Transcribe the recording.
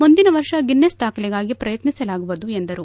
ಮುಂದಿನ ವರ್ಷ ಗಿನ್ನಿಸ್ ದಾಖಲೆಗಾಗಿ ಪ್ರಯತ್ನಿಸಲಾಗುವುದು ಎಂದರು